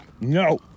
No